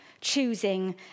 choosing